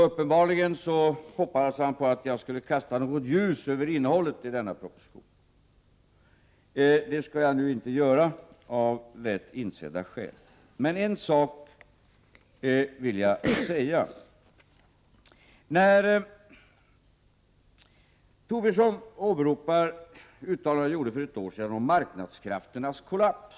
Uppenbarligen hoppas han att jag skall kasta något ljus över innehållet i denna proposition. Det skall jag nu inte göra, av lätt insedda skäl. Men en sak vill jag säga. Tobisson åberopar uttalanden som jag gjorde för ett år sedan om marknadskrafternas kollaps.